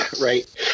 Right